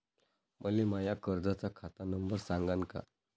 मले माया कर्जाचा खात नंबर सांगान का?